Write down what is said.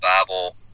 Bible